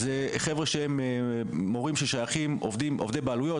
חבר'ה שהם עובדי בעלויות,